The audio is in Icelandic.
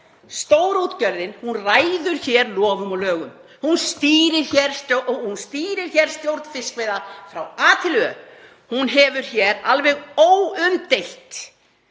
Stórútgerðin ræður hér lofum og lögum. Hún stýrir stjórn fiskveiða frá A til Ö. Hún hefur hér alveg óumdeilt